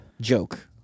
Joke